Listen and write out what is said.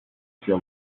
feel